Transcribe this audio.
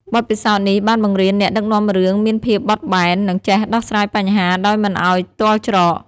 បទពិសោធន៍នេះបានបង្រៀនអ្នកដឹកនាំរឿងមានភាពបត់បែន និងចេះដោះស្រាយបញ្ហាដោយមិនឲ្យទាល់ច្រក។